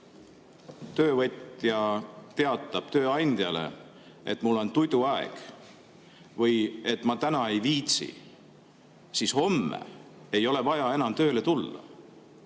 töövõtja teatab tööandjale, et mul on tuduaeg või et ma täna ei viitsi, siis homme ei ole vaja enam tööle tulla.